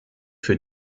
für